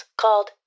called